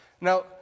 Now